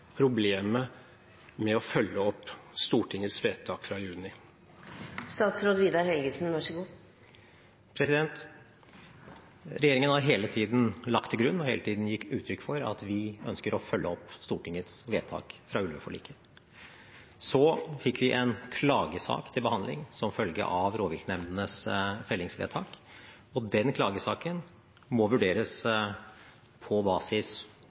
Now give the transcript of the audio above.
problemet med å følge opp Stortingets vedtak fra juni? Regjeringen har hele tiden lagt til grunn og hele tiden gitt uttrykk for at vi ønsker å følge opp Stortingets vedtak fra ulveforliket. Så fikk vi en klagesak til behandling som følge av rovviltnemndenes fellingsvedtak, og den klagesaken må vurderes på basis